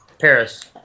Paris